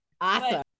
Awesome